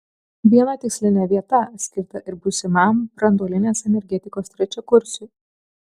viena tikslinė vieta skirta ir būsimam branduolinės energetikos trečiakursiui